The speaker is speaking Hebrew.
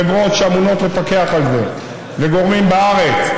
חברות שאמונות לפקח על זה וגורמים בארץ,